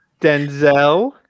Denzel